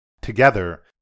Together